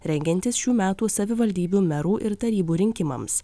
rengiantis šių metų savivaldybių merų ir tarybų rinkimams